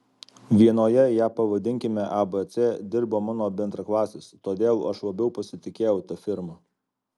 vienoje ją pavadinkime abc dirbo mano bendraklasis todėl aš labiau pasitikėjau ta firma